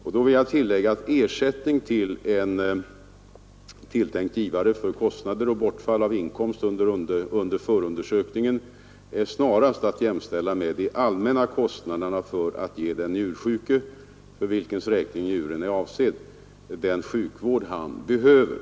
Jag vill tillägga att ersättning åt en tilltänkt givare för kostnader och bortfall av inkomst under förundersökningen snarast är att jämställa med de allmänna kostnaderna för att ge den njursjuke, för vilkens räkning njuren är avsedd, den sjukvård han behöver.